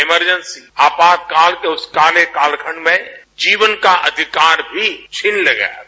emergency आपातकाल के उस काले कालखंड में जीवन का अधिकार ही छीन लिया गया था